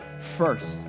first